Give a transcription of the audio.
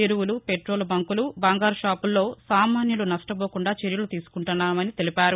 ఎరువులు పెట్రోల్ బంకులు బంగారం షాపుల్లో సామాస్యులు నష్టపోకుండా చర్యలు తీసుకుంటున్నామని తెలిపారు